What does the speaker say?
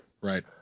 Right